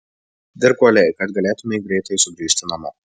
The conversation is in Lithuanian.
dirbk uoliai kad galėtumei greitai sugrįžti namo